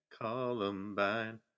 Columbine